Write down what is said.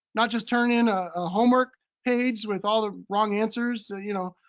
not just turn in a homework page with all the wrong answers. you know,